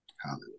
Hallelujah